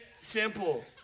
simple